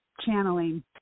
channeling